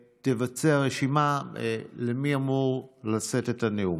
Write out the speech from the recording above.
ותערוך רשימה של מי שאמורים לשאת את הנאומים.